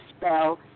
spell